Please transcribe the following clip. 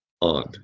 on